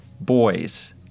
boys